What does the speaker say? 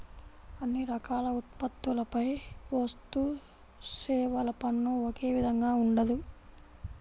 అన్ని రకాల ఉత్పత్తులపై వస్తుసేవల పన్ను ఒకే విధంగా ఉండదు